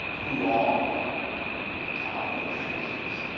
who are the towering figures?